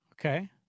Okay